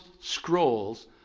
scrolls